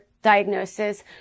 diagnosis